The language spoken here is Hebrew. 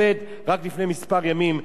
זה אומר הכול,